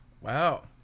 Wow